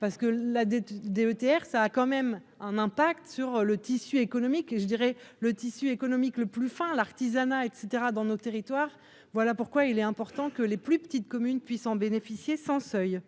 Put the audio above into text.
parce que la DETR, ça a quand même un impact sur le tissu économique et je dirais le tissu économique le plus, enfin, l'artisanat, et cetera dans nos territoires, voilà pourquoi il est important que les plus petites communes puissent en bénéficier sans seuil.